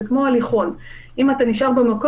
זה כמו הליכון: אם אתה נשאר במקום,